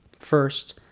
First